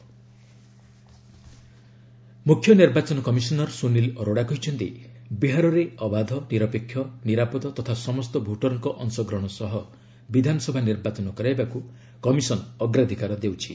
Bihar election ମୁଖ୍ୟ ନିର୍ବାଚନ commissioner Sunil Arora କହିଛନ୍ତି ବିହାରରେ ଅବାଧ ନିରପେକ୍ଷ ନିରାପଦ ତଥା ସମସ୍ତ ଭୋଟରଙ୍କ ଅଂଶଗ୍ରହଣ ସହ ବିଧାନସଭା ନିର୍ବାଚନ କରାଇବାକୁ କମିଶନ୍ ଅଗ୍ରାଧିକାର ଦେଉଛି